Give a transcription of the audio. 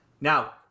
Now